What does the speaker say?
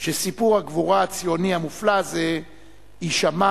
שסיפור הגבורה הציוני המופלא הזה יישמע,